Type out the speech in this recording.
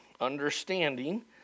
understanding